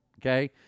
Okay